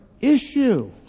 issue